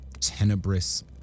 tenebrous